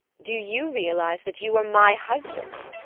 do you realise that you are my husband?